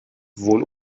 wohl